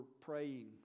praying